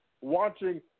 Watching